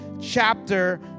chapter